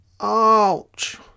Ouch